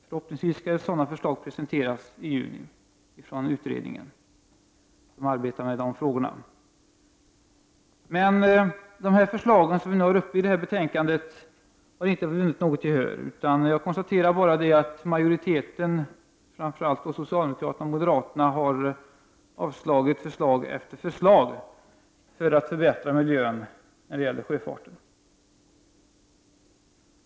Förhoppningsvis kommer sådana förslag att presenteras i juni av utredningen som arbetar med de frågorna. Förslagen som tas upp i det här betänkandet har inte vunnit gehör hos utskottet. Majoriteten, framför allt socialdemokraterna och moderaterna, har avstyrkt förslag efter förslag som varit avsett att förbättra miljön när det gäller sjöfarten.